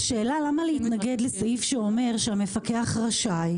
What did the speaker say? השאלה היא למה להתנגד לסעיף שאומר שהמפקח רשאי,